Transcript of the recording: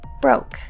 broke